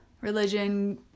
religion